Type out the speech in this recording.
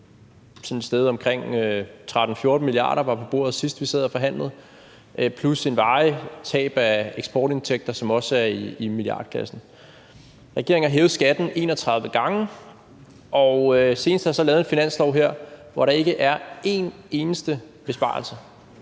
et sted omkring 13-14 mia. kr., som var det, der var på bordet, da vi sidst sad og forhandlede, plus et varigt tab af eksportindtægter, som også er i milliardklassen. Regeringen har hævet skatten 31 gange, og senest har den så lavet en finanslov her, hvor der ikke er en eneste besparelse.